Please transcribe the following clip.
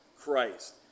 Christ